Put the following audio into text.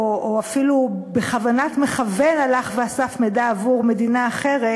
או אפילו בכוונת מכוון הלך ואסף מידע עבור מדינה אחרת,